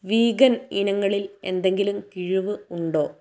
വീഗർ ഇനങ്ങളിൽ എന്തെങ്കിലും കിഴിവ് ഉണ്ടോ